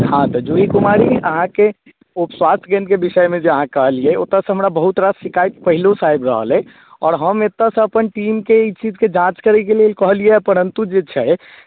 हँ तऽ जूही कुमारी अहाँके उपस्वास्थ्य केन्द्रके विषयमे जे अहाँ कहलियै ओतयसँ हमरा बहुत रास शिकायत पहिलोसँ आबि रहल अइ आओर हम एतयसँ अपन टीमके ई चीजके जाँच करयके लेल कहलियै परन्तु जे छै